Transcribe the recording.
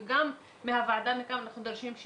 וגם מהוועדה מכאן אנחנו דורשים,